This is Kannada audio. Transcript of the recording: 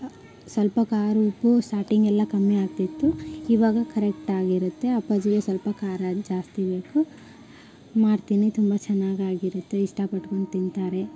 ಸ್ವಲ್ಪ ಖಾರ ಉಪ್ಪು ಸ್ಟಾಟಿಂಗೆಲ್ಲ ಕಮ್ಮಿ ಆಗ್ತಿತ್ತು ಇವಾಗ ಕರೆಕ್ಟಾಗಿರುತ್ತೆ ಅಪ್ಪಾಜಿಗೆ ಸ್ವಲ್ಪ ಖಾರ ಜಾಸ್ತಿ ಬೇಕು ಮಾಡ್ತೀನಿ ತುಂಬ ಚೆನ್ನಾಗಾಗಿರುತ್ತೆ ಇಷ್ಟಪಟ್ಕೊಂಡು ತಿಂತಾರೆ